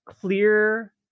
clear